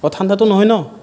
অ ঠাণ্ডাতো নহয় ন'